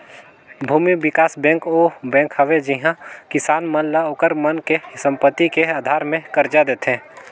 भूमि बिकास बेंक ओ बेंक हवे जिहां किसान मन ल ओखर मन के संपति के आधार मे करजा देथे